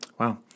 Wow